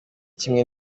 kimwe